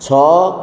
ଛଅ